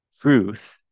truth